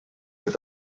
peut